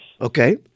Okay